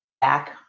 back